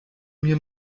mir